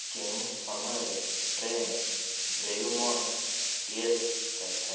କେଉଁ ସମୟରେ ଟ୍ରେନ୍ ବ୍ରେୟୁମଣ୍ଟ ଟିଏକ୍ସ ଚାଲିଥାଏ